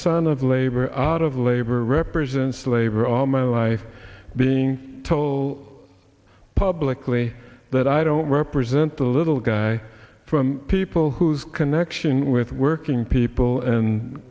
son of labor out of labor represents labor all my life being told publicly that i don't represent the little guy from people whose connection with working people and